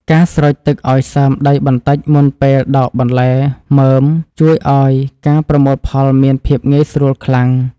ការស្រោចទឹកឱ្យសើមដីបន្តិចមុនពេលដកបន្លែមើមជួយឱ្យការប្រមូលផលមានភាពងាយស្រួលខ្លាំង។